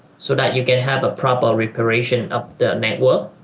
so that you can have a proper preparation of the network